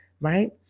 right